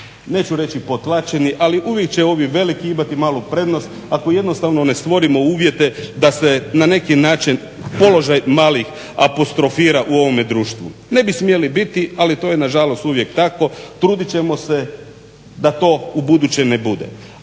neću reći potlačeni ali uvijek će ovi veliki imati malu prednost ako jednostavno ne stvorimo uvjete da se na neki način položaj malih apostrofira u ovome društvu. Ne bi smjeli biti ali to je nažalost uvijek tako, trudit ćemo se da to ubuduće ne bude.